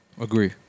agree